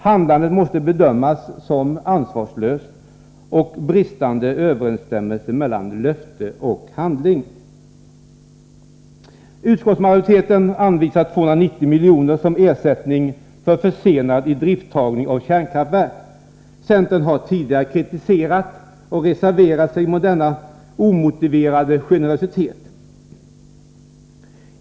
Handlandet måste bedömas som ansvarslöst och som ett uttryck för bristande överensstämmelse mellan löfte och handling. Utskottsmajoriteten anvisar 290 miljoner som ersättning för försenad idrifttagning av kärnkraftverk. Centern har tidigare kritiserat, och reserverat sig mot, denna omotiverade generositet.